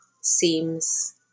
seems